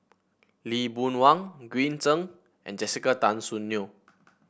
Lee Boon Wang Green Zeng and Jessica Tan Soon Neo